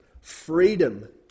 freedom